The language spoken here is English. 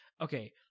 okay